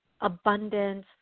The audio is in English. abundance